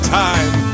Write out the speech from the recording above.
time